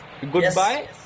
Goodbye